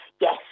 Yes